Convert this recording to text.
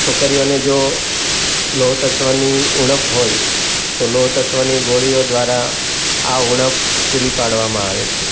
છોકરીઓને જો લોહતત્ત્વોની ઉણપ હોય તો લોહતત્ત્વોની ગોળીઓ દ્વારા આ ઉણપ પૂરી પાડવામાં આવે છે